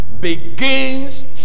begins